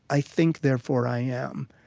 i think, therefore, i am.